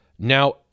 Now